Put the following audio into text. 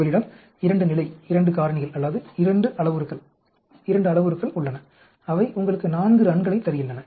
உங்களிடம் 2 நிலை 2 காரணிகள் அல்லது 2 அளவுருக்கள் உள்ளன அவை உங்களுக்கு 4 ரன்களைத் தருகின்றன